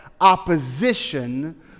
opposition